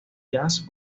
jazz